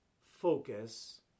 focus